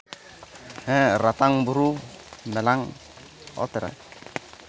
ᱦᱮᱸ ᱨᱟᱛᱟᱝ ᱵᱩᱨᱩ ᱢᱮᱞᱟᱱ ᱚᱛ ᱨᱮ